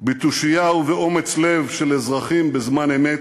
בתושייה ובאומץ לב של אזרחים בזמן אמת,